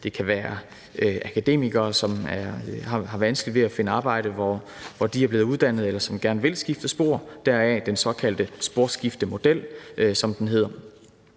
Det kan være akademikere, som har vanskeligt ved at finde arbejde, hvor de er blevet uddannet, eller som gerne vil skifte spor, deraf den såkaldte sporskiftemodel, som den hedder.